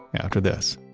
after this